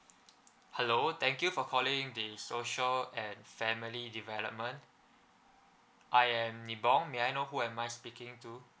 hello thank you for calling the social and family development I am nibong may I know who am I speaking to